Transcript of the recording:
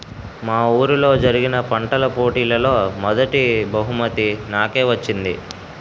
మా వూరిలో జరిగిన పంటల పోటీలలో మొదటీ బహుమతి నాకే వచ్చింది